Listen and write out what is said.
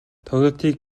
тоглолтыг